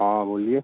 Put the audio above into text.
हाँ बोलिए